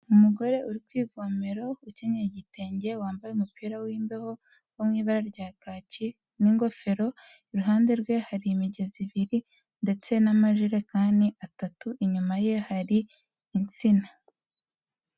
Umugore uri kwivome, ukenyeye igitenge ,wambaye umupira w'imbeho wo mu ibara rya kaki n'ingofero, iruhande rwe hari imigezi ibiri ndetse n'amajerekani atatu, inyuma ye hari insina.